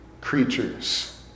creatures